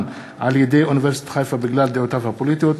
על-ידי אוניברסיטת חיפה בגלל דעותיו הפוליטיות,